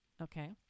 Okay